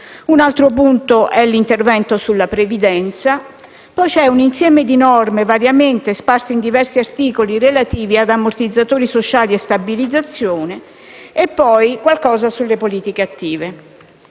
un altro è l'intervento sulla previdenza; poi c'è un insieme di norme, variamente sparse in diversi articoli, relative ad ammortizzatori sociali e stabilizzazione e, infine, vi è qualcosa sulle politiche attive.